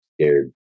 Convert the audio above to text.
scared